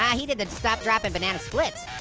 yeah he did the stop, drop, and banana splits.